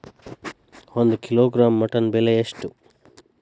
ಒಂದು kilogram mutton ಬೆಲೆ ಎಷ್ಟ್?